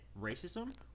racism